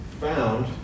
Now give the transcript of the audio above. found